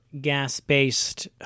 gas-based